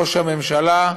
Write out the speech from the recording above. ראש הממשלה,